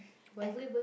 why